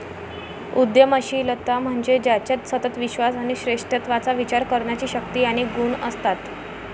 उद्यमशीलता म्हणजे ज्याच्यात सतत विश्वास आणि श्रेष्ठत्वाचा विचार करण्याची शक्ती आणि गुण असतात